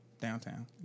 Downtown